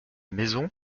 maison